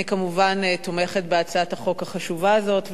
אני, כמובן, תומכת בהצעת החוק החשובה הזאת.